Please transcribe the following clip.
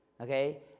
Okay